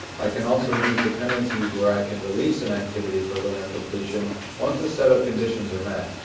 i can also use dependencies where i can release an activity for learner completion once a set of conditions are met.